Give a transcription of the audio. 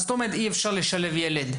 מה זאת אומרת אי אפשר לשלב ילד?